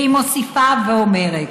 והיא מוסיפה ואומרת: